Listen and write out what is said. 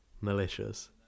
malicious